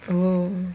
oh